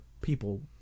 people